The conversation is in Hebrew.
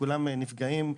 כולם נפגעים.